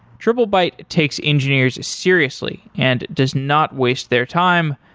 triplebyte takes engineers seriously and does not waste their time,